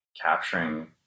capturing